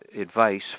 advice